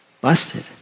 Busted